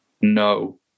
No